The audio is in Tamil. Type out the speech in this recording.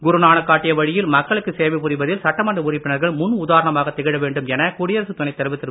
குருநானக் காட்டிய வழியில் மக்களுக்கு சேவை புரிவதில் சட்டமன்ற உறுப்பினர்கள் முன் உதாரணமாக திகழ வேண்டும் என குடியரசுத் துணைத் தலைவர் திரு